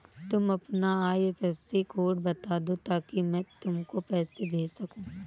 तुम अपना IFSC code बता दो ताकि मैं तुमको पैसे भेज सकूँ